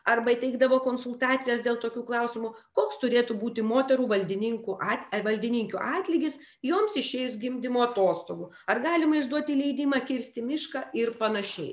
arba teikdavo konsultacijas dėl tokių klausimų koks turėtų būti moterų valdininkų at valdininkių atlygis joms išėjus gimdymo atostogų ar galima išduoti leidimą kirsti mišką ir panašiai